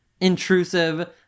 intrusive